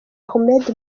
ahmed